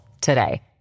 today